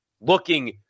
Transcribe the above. looking